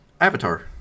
avatar